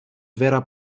vera